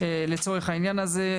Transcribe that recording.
לצורך העניין הזה.